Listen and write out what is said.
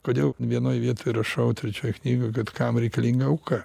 kodėl vienoj vietoj rašau trečioj knygoj kad kam reikalinga auka